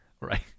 right